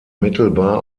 mittelbar